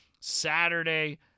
Saturday